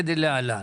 צריכים?